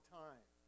time